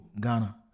Ghana